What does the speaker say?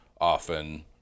often